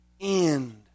end